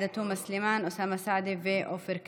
עאידה תומא סלימאן, אוסאמה סעדי ועופר כסיף.